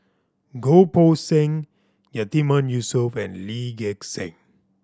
Goh Poh Seng Yatiman Yusof and Lee Gek Seng